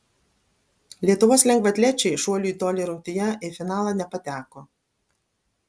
lietuvos lengvaatlečiai šuolių į tolį rungtyje į finalą nepateko